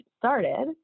started